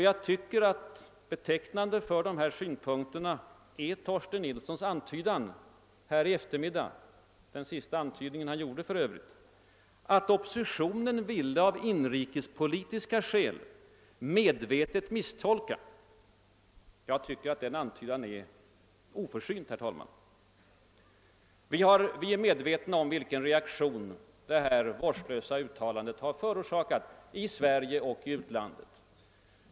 Jag tycker att betecknande för dessa synpunkter är herr Torsten Nilssons antydan här i eftermiddag, att oppositionen ville av inrikespolitiska skäl medvetet misstolka. Jag tycker att antydningen är oförsynt, herr talman. Vi är medvetna om vilken reaktion utrikesministerns vårdslösa uttalande har förorsakat i Sverige och i utlandet.